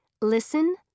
Listen